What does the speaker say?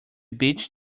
beach